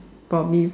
probably